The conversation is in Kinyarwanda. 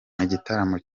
igitaramo